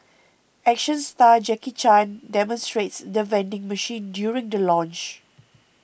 action star Jackie Chan demonstrates the vending machine during the launch